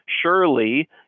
surely